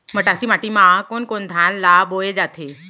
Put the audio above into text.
मटासी माटी मा कोन कोन धान ला बोये जाथे?